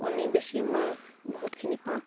কণী বেচি মই বহুতখিনি পাওঁ